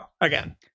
again